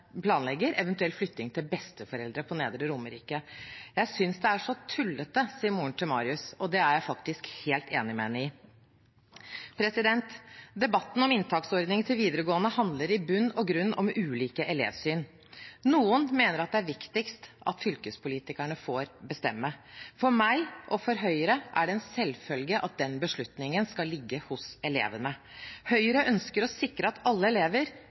flytting til besteforeldre på Nedre Romerike. Jeg synes det er så tullete, sier moren til Marius. Det er jeg faktisk helt enig med henne i. Debatten om inntaksordningen til videregående handler i bunn og grunn om ulike elevsyn. Noen mener det er viktigst at fylkespolitikerne får bestemme. For meg og for Høyre er det en selvfølge at den beslutningen skal ligge hos elevene. Høyre ønsker å sikre at alle elever,